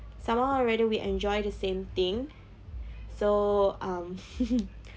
somehow or rather we enjoy the same thing so um